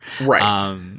Right